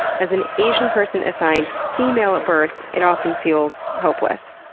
as an asian person assigned female at birth, it often feels hopeless.